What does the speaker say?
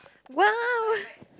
!wow!